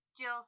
Jill